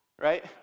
Right